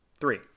Three